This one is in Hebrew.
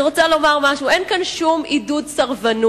אני רוצה לומר משהו: אין כאן שום עידוד סרבנות,